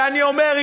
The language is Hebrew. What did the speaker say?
ואני אומר,